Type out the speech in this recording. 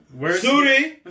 Suri